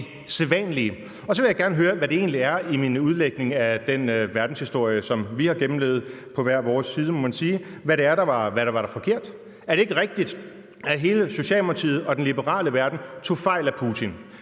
Så vil jeg gerne høre, hvad det egentlig var i min udlægning af den verdenshistorie, som vi har gennemlevet – på hver vores side, må man sige – der var forkert. Er det ikke rigtigt, at Socialdemokratiet og hele den liberale verden tog fejl af Putin,